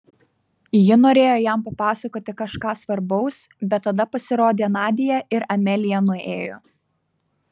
ji norėjo jam papasakoti kažką svarbaus bet tada pasirodė nadia ir amelija nuėjo